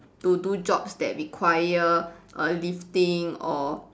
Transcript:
to do jobs that require err lifting or